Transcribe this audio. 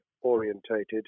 orientated